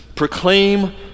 Proclaim